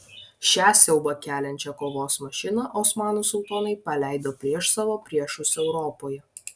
šią siaubą keliančią kovos mašiną osmanų sultonai paleido prieš savo priešus europoje